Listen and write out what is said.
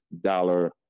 dollar